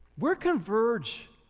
we're converge.